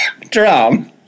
drum